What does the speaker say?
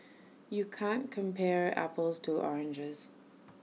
you can't compare apples to oranges